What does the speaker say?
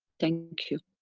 thank you.